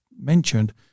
mentioned